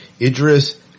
Idris